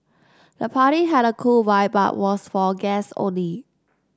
the party had a cool vibe but was for guests only